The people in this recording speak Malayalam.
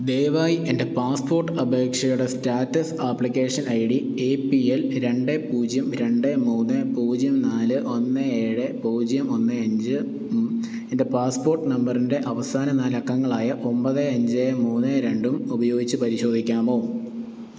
ദയവായി എൻ്റെ പാസ്പോർട്ട് അപേക്ഷയുടെ status application I D A P L രണ്ട് പൂജ്യം രണ്ട് മൂന്ന് പൂജ്യം നാല് ഒന്ന് ഏഴ് പൂജ്യം ഒന്ന് അഞ്ചും എൻ്റെ പാസ്പോർട്ട് നമ്പറിൻ്റെ അവസാന നാല് അക്കങ്ങളായ ഒമ്പത് അഞ്ച് മൂന്ന് രണ്ടും ഉപയോഗിച്ച് പരിശോധിക്കാമോ